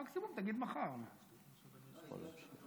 אתה רוצה להתחלף?